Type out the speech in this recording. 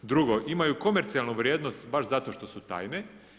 Drugo, imaju komercijalnu vrijednost baš zato što su tajne.